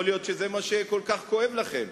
יכול להיות שזה מה שכל כך כואב לכם,